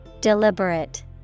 Deliberate